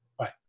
Right